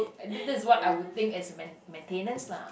that that is what I would think as main maintenance lah